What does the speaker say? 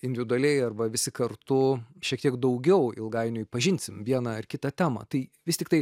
individualiai arba visi kartu šiek tiek daugiau ilgainiui pažinsim vieną ar kitą temą tai vis tiktai